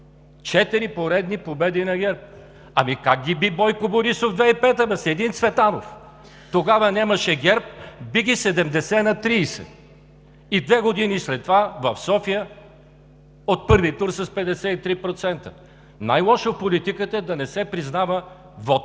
Четири поредни победи на ГЕРБ! Ами, как ги би Бойко Борисов 2005 г. бе? С един Цветанов! Тогава нямаше ГЕРБ – би ги 70 на 30. И две години след това в София от първи тур с 53%. Най-лошо в политиката е да не се признава вотът